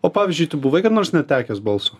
o pavyzdžiui tu buvai kada nors netekęs balso